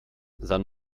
san